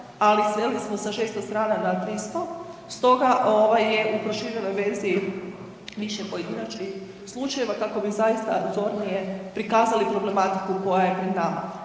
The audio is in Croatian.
ali sveli smo sa 600 strana na 300, stoga ovaj je u proširenoj verziji više pojedinačnih slučajeva kako bi zaista zornije prikazali problematiku koja je pred nama.